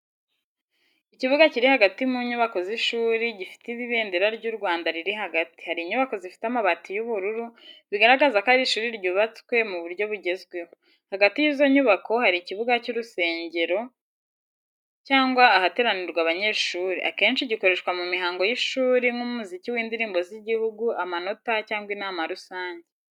Ikibuga kiri hagati mu nyubako z’ishuri, gifite ibendera ry’u Rwanda riri hagati. Hari inyubako zifite amabati y’ubururu, bigaragaza ko ari ishuri ryubatswe mu buryo bugezweho. Hagati y’izo nyubako hari ikibuga cy’urusengero cyangwa ahateranirwa abanyeshuri, akenshi gikoreshwa mu mihango y’ishuri nk’umuziki w’indirimbo z’igihugu, amanota, cyangwa inama rusange.